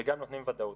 וגם נותנים ודאות.